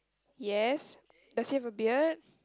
yes does he have a beard